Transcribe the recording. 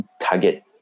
target